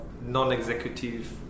non-executive